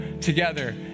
together